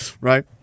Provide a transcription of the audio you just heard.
Right